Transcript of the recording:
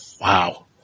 Wow